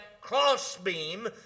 crossbeam